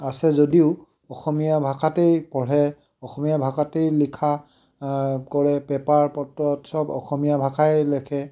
আছে যদিও অসমীয়া ভাষাতেই পঢ়ে অসমীয়া ভাষাতেই লিখা কৰে পেপাৰ পত্ৰত চব অসমীয়া ভাষাই লিখে